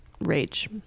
rage